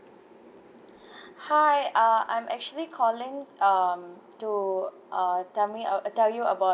hi uh I'm actually calling um to uh tell me uh tell you about